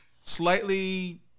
slightly